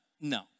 no